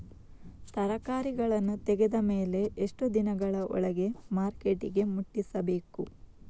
ತರಕಾರಿಗಳನ್ನು ತೆಗೆದ ಮೇಲೆ ಎಷ್ಟು ದಿನಗಳ ಒಳಗೆ ಮಾರ್ಕೆಟಿಗೆ ಮುಟ್ಟಿಸಬೇಕು?